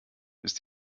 wisst